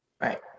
right